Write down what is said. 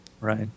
Right